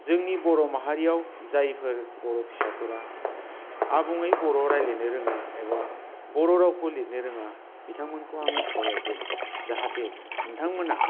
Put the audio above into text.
जोंनि ब्र' माहारियाव जायफोर बर' फिसाफोरा आबुङै बर' रायज्लायनो रोङा एबा बर' रावखौ लिरनो रोङा बिथांमोनखौ आं खावलायदों जाहाथे नोंथांमोनहा